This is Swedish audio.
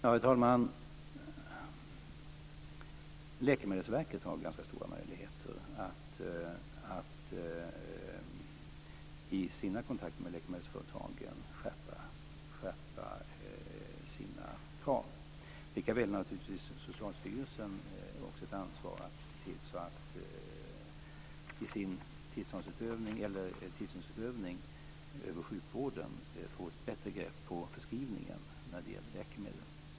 Herr talman! Läkemedelsverket har ganska stora möjligheter att i sina kontakter med läkemedelsföretagen skärpa sina krav. Likaväl har Socialstyrelsen naturligtvis ett ansvar att se till så att man i tillståndsutövningen över sjukvården får ett bättre grepp på förskrivningen av läkemedel.